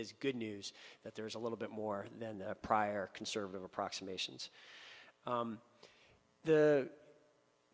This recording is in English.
is good news that there is a little bit more than the prior conservative approximations the